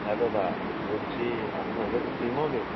হ্যাঁ দাদা বলছি আপনার কাছে সিম হবে